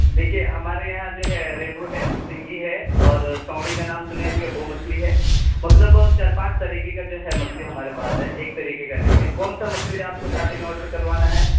دیکھیے ہمارے یہاں جو ہے ریہو ہے سنگھی ہے اور سونڑی کا نام سنے ہوں گے وہ مچھلی ہے مطلب چار پانچ طریقے کا جو ہے مچھلی ہمارے پاس ہے ایک طریقے کا نہیں ہے کون سا مچھلی آپ کو شادی میں آڈر کروانا ہے